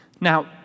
Now